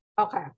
Okay